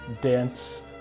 dance